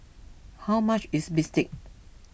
how much is Bistake